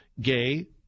gay